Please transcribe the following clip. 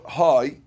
high